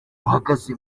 ruhagaze